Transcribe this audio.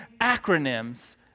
acronyms